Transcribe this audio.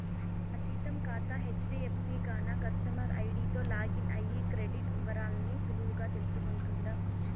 నా జీతం కాతా హెజ్డీఎఫ్సీ గాన కస్టమర్ ఐడీతో లాగిన్ అయ్యి క్రెడిట్ ఇవరాల్ని సులువుగా తెల్సుకుంటుండా